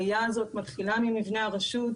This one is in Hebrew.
הראייה הזאת מתחילה ממבני הרשות.